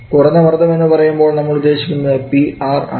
കുറഞ്ഞ മർദ്ദം എന്നു പറയുമ്പോൾ നമ്മൾ ഉദ്ദേശിക്കുന്നത് PR ആണ്